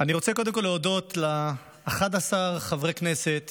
אני רוצה קודם כול להודות ל-11 חברי הכנסת